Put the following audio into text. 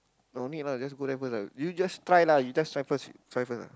no need lah just go there first lah you just try lah you just try first try first ah